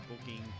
booking